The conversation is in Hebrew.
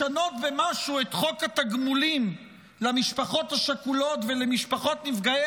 לשנות במשהו את חוק התגמולים למשפחות השכולות ולמשפחות נפגעי